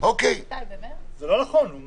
זה לא נכון.